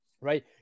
Right